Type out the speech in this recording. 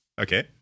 Okay